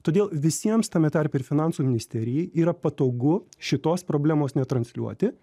todėl visiems tame tarpe ir finansų ministerijai yra patogu šitos problemos netransliuoti